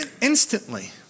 instantly